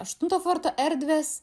aštunto forto erdvės